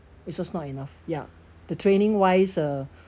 it was not enough ya the training wise uh